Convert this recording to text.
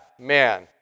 man